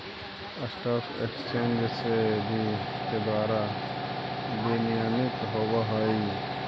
stock exchange SEBI के द्वारा विनियमित होवऽ हइ